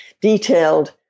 detailed